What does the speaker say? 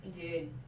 Dude